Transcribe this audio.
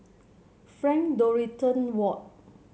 Frank Dorrington Ward